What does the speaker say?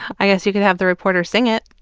i guess you could have the reporter sing it